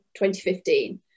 2015